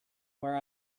where